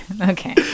Okay